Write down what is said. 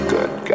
Good